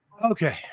Okay